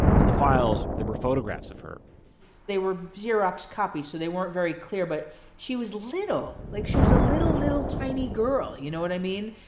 in the files there were photographs of her they were xerox copies so they weren't very clear but she was little. like she was a little, little tiny girl, you know what i mean.